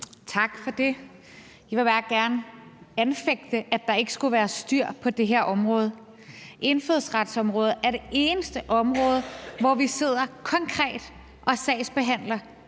Tak for det. Jeg vil bare gerne anfægte, at der ikke skulle være styr på det her område. Indfødsretsområdet er det eneste område, hvor vi sidder konkret og sagsbehandler